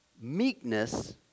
meekness